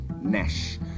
Nash